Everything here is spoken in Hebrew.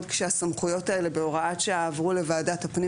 עוד כשהסמכויות האלה בהוראת שעה עברו לוועדת הפנים